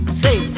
say